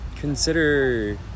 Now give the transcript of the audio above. consider